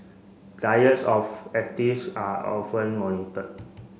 diets of are often monitored